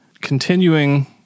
continuing